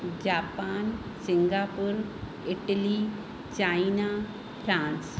Japan Singapore Italy China France